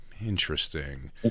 interesting